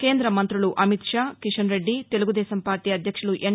కేంద్రమంతులు Amit Shah Kishan Reddy Telugu Desam party అధ్యక్షులు ఎన్